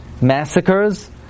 massacres